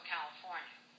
California